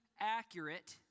Accurate